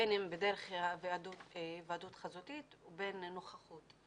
בין אם בדרך היוועדות חזותית ובין אם נוכחות.